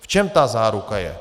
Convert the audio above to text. V čem ta záruka je?